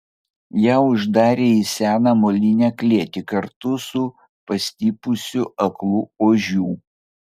ją uždarė į seną molinę klėtį kartu su pastipusiu aklu ožiu